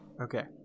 okay